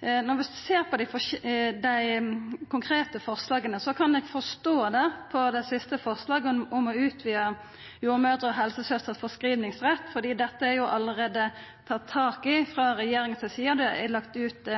Når vi ser på dei konkrete forslaga, kan eg forstå det på det siste forslaget, om å utvida jordmødrer og helsesøstrer sin foreskrivingsrett, fordi dette allereie er tatt tak i frå regjeringa si side – det er lagt ut